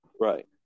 right